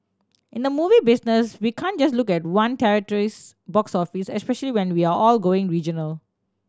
in the movie business we can just look at one territory's box office when we are all going regional